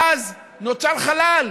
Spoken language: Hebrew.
ואז נוצר חלל,